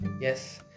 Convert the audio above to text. Yes